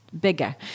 bigger